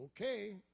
okay